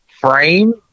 frame